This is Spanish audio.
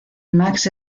max